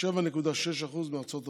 ו-7.6% מארצות הברית.